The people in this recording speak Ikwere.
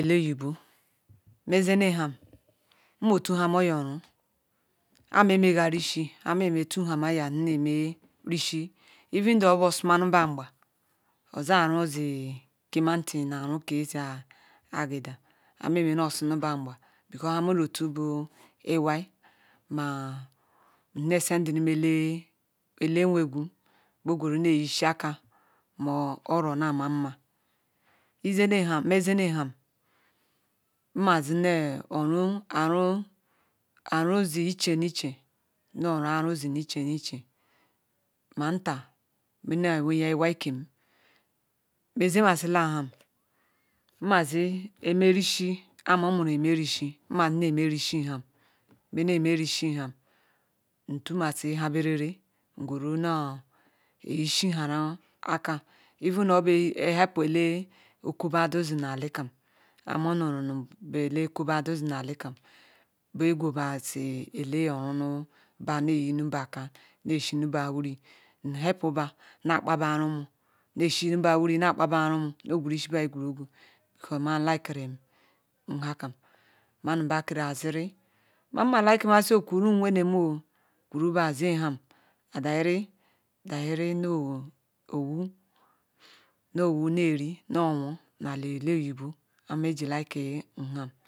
meze ham nme otu heh naojoo oru ah-me-mega rijhi hamejor meh tu ham neme rishi even though obu oduma nu bah angba ozu aru zi kema-nti kema ru kezi-agida nosunu bah angba angba mah not tu bu iwai mah nne ser dini meh le elenwegwu boh gweru ne eyesi akah nu oou nama nma izere ham mezene ham nma zi neh aku aru zi iche-che nah aru aru zi iche ni iche ma nta mene awia- iwai kem meze malilu ham mazi emerishi ah ma muru eme rilhi nma ne me rishi ham mene me rishi ham ntu asi habale ngweru noh eyihi hana akah help ele oku hadu nzi na ali kam he mo nuru bu ede oko-budu nzi na ali kam weh go ba nu wub neh iyini bah kah neshiba wuri ne gurusi bah igwirigu nhakem ba nu ba kerazin nma ma the si okuru nwene mob kuru bah zeham idahere nno owu nne eri nne owri ni ali oyibo yame ji eike ham.